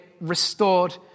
restored